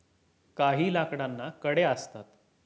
काही लाकडांना कड्या असतात